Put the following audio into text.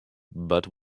but